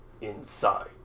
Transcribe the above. inside